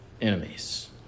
enemies